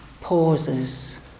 pauses